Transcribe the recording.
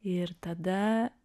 ir tada